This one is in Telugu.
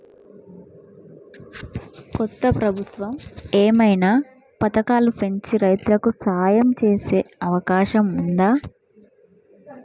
కొత్త ప్రభుత్వం ఏమైనా పథకాలు పెంచి రైతులకు సాయం చేసే అవకాశం ఉందా?